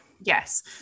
yes